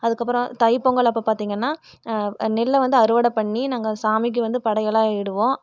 அதுக்கப்புறம் தைப்பொங்கல் அப்போ பார்த்திங்கனா நெல்லை வந்து அறுவடை பண்ணி நாங்கள் சாமிக்கு வந்து படையலாக இடுவோம்